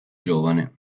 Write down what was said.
giovane